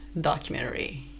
documentary